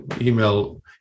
email